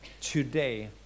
today